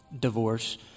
Divorce